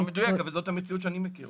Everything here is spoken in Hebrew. לא מדויק אבל זאת המציאות שאני מכיר